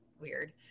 weird